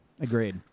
agreed